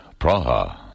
Praha